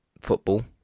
football